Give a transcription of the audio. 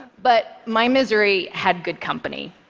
but my misery had good company.